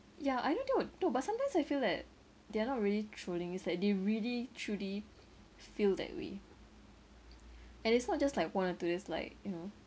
yeah I know troll troll but sometimes I feel that they are not really trolling it's like they really truly feel that way and it's not just like one or two there's like you know